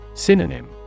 Synonym